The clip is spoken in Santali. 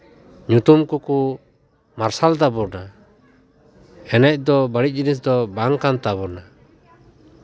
ᱧᱩᱛᱩᱢ ᱠᱚᱠᱚ ᱢᱟᱨᱥᱟᱞ ᱛᱟᱵᱳᱱᱟ ᱮᱱᱮᱡ ᱫᱚ ᱵᱟᱹᱲᱤᱡ ᱫᱚ ᱵᱟᱹᱲᱤᱡ ᱡᱤᱱᱤᱥ ᱫᱚ ᱵᱟᱝ ᱠᱟᱱ ᱛᱟᱵᱳᱱᱟ